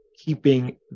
keeping